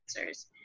answers